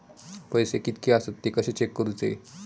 पैसे कीतके आसत ते कशे चेक करूचे?